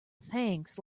thanks